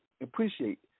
appreciate